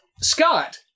Scott